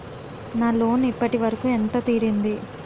నా లోన్ ఇప్పటి వరకూ ఎంత తీరింది?